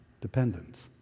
dependence